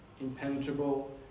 Impenetrable